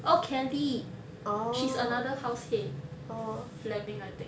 oh kelly she's another house head